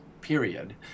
period